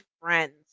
friends